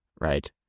right